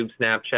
Snapchat